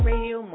Radio